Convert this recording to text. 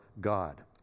God